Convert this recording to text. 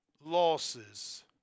losses